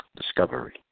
discovery